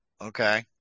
okay